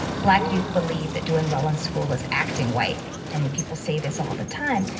black youth believe that doing well in school is acting white. and people say this all the time.